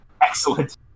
Excellent